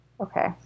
Okay